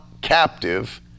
captive